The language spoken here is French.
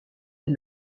dès